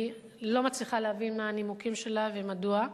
אני לא מצליחה להבין מה הנימוקים שלו ומדוע.